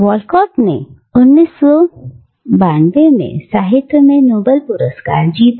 Walcott ने 1992 में साहित्य में नोबेल पुरस्कार जीता